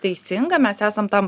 teisinga mes esam tam